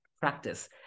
practice